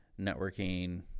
networking